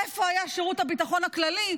איפה היה שירות הביטחון הכללי,